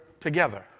together